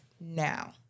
now